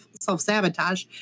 self-sabotage